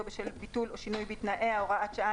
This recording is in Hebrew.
בשל ביטול או שינוי בתנאיה) (הוראת שעה,